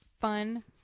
Fun